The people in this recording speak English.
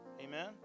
Amen